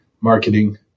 marketing